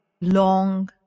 long